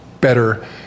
better